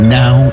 now